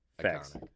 Facts